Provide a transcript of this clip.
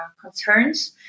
concerns